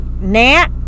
Nat